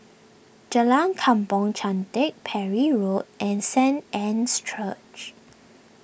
Jalan Kampong Chantek Parry Road and Saint Anne's Church